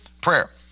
prayer